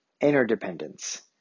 interdependence